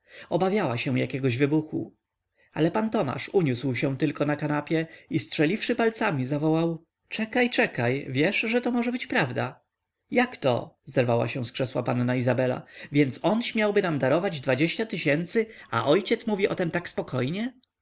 obawiała się jakiegoś wybuchu ale pan tomasz uniósł się tylko na kanapie i strzeliwszy palcami zawołał czekaj czekaj wiesz że to może być prawda jakto zerwała się z krzesła panna izabela więc on śmiałby nam darować tysięcy a ojciec mówi o tem tak spokojnie